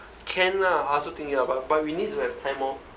can lah I also thinking about but we need like find more